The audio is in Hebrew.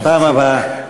בפעם הבאה.